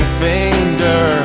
finger